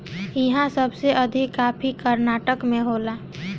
इहा सबसे अधिका कॉफ़ी कर्नाटक में होला